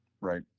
right